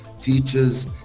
teachers